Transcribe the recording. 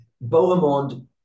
Bohemond